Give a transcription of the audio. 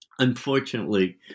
Unfortunately